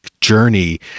journey